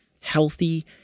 healthy